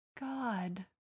god